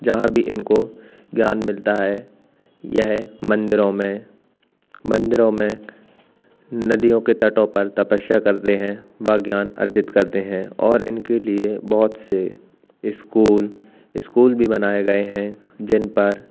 जहाँ भी इनको ज्ञान मिलता है यह मंदिरों में मंदिरों में नदियों के तटों पर तपस्या करते हैं व ज्ञान अर्जित करते हैं और इनके लिए बहुत से इस्कूल इस्कूल भी बनाए गए हैं जिन पर